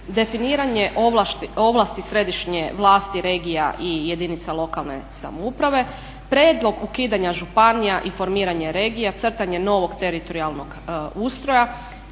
definiranje ovlasti središnje vlasti regija i jedinica lokalne samouprave, prijedlog ukidanja županija i formiranje regija novog teritorijalnog ustroja,